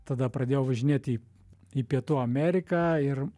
tada pradėjau važinėt į į pietų ameriką ir